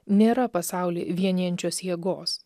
nėra pasaulį vienijančios jėgos